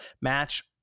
match